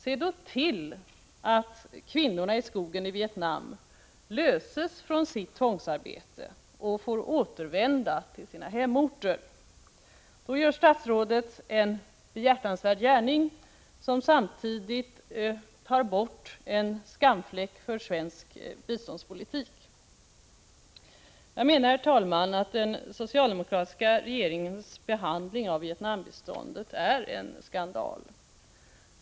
Se då till att kvinnorna i skogen i Vietnam löses från sitt tvångsarbete och får återvända till sina hemorter! Då gör statsrådet en behjärtad gärning, som samtidigt tar bort en skamfläck för svensk biståndspolitik. Herr talman! Jag menar att den socialdemokratiska regeringens behandling av Vietnambiståndet är en skandal.